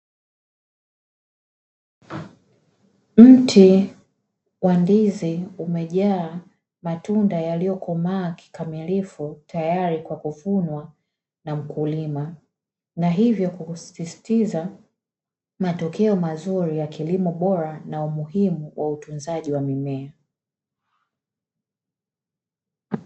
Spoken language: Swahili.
Mti wa ndizi umajaa matunda yaliyokomaa kikamilifu tayari kwa kuvunwa na mkulima, na hivyo kusisitiza matokeo mazuri ya kilimo bora na umuhimu wa utunzaji wa mimea.